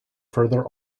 further